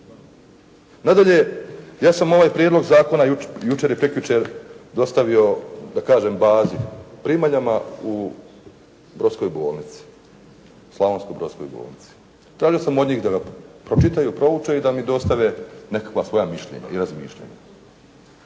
Nadalje, ja sam ovaj prijedlog zakona jučer i prekjučer dostavio, da kažem bazi, primaljama u Brodskoj bolnici, Slavonsko-brodskoj bolnici. Tražio sam od njih da ga pročitaju, prouče i da mi dostave nekakva svoja mišljenja i razmišljanja.